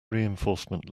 reinforcement